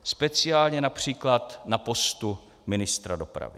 Speciálně například na postu ministra dopravy.